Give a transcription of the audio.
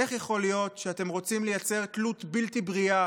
איך יכול להיות שאתם רוצים לייצר תלות בלתי בריאה